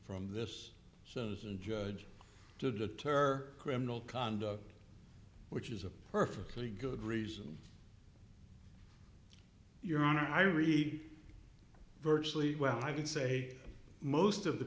from this so those and judge to deter criminal conduct which is a perfectly good reason your honor i read virtually well i would say most of the